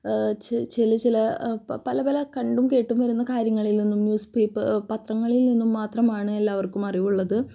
ചെ ചില ചില പ പല പല കണ്ടും കേട്ടും വരുന്ന കാര്യങ്ങളിൽ നിന്നും ന്യൂസ്പേപ്പർ പത്രങ്ങളിൽ നിന്നും മാത്രമാണ് എല്ലാവർക്കും അറിവുള്ളത്